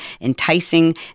enticing